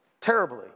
terribly